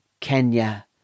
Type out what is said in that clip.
Kenya